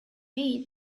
made